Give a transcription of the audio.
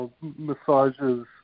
massages